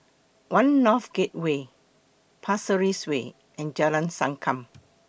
one North Gateway Pasir Ris Way and Jalan Sankam